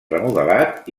remodelat